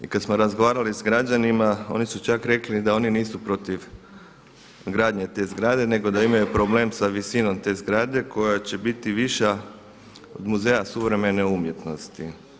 I kada smo razgovarali s građanima oni su čak rekli da oni nisu protiv gradnje te zgrade nego da imaju problem sa visinom te zgrade koja će biti višlja od Muzeja suvremene umjetnosti.